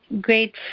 great